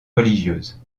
religieuses